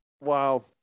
Wow